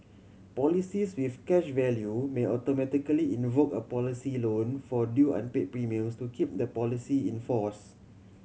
policies with cash value may automatically invoke a policy loan for due unpay premiums to keep the policy in force